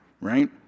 right